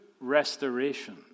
restoration